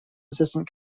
assistant